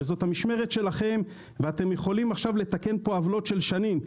זאת המשמרת שלכם ואתם יכולים עכשיו לתקן עוולות של שנים.